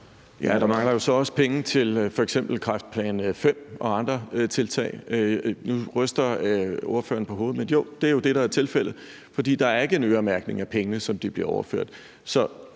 Ja, der mangler jo så også penge til f.eks. kræftplan V og andre tiltag. Nu ryster ordføreren på hovedet, men jo, det er jo det, der er tilfældet, fordi der ikke er en øremærkning af pengene, som de bliver overført.